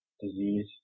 disease